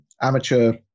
amateur